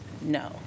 no